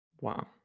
Wow